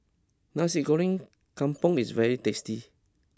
Nasi Goreng Kampung is very tasty